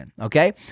okay